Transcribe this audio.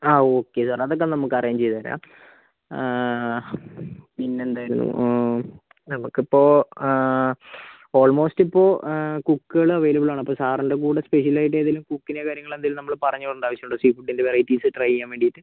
ആ okay sir അതൊക്കെ നമുക്ക് അറേഞ്ച് ചെയ്ത് തെരാം പിന്നെന്തായിരുന്നു നമുക്കിപ്പോൾ ഓൾമോസ്റ്റ് ഇപ്പോൾ കുക്കുകള് അവൈലബിൾ ആണ് അപ്പോൾ സാറിൻ്റെ കൂടെ സ്പെഷ്യലായിട്ടേതെങ്കിലും കുക്കിനെയോ കാര്യങ്ങള് എന്തെങ്കിലും നമ്മള് പറഞ്ഞ് വിടേണ്ട ആവശ്യമുണ്ടോ സീ ഫുഡ്ഡിൻ്റെ വെറൈറ്റീസ് ട്രൈ ചെയ്യാൻ വേണ്ടിയിട്ട്